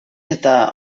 eta